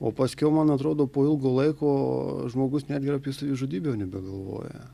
o paskiau man atrodo po ilgo laiko žmogus netgi ir apie savižudybę jau nebegalvoja